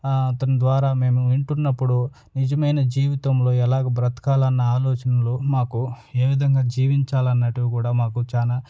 అతని ద్వారా మేము వింటున్నప్పుడు నిజమైన జీవితంలో ఎలా బ్రతకాలన్న ఆలోచనలో మాకు ఏ విధంగా జీవించాలి అనేటివి కూడా మాకు చాలా